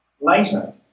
Later